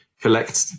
collect